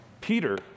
Peter